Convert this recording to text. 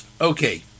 Okay